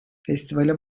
festivale